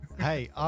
Hey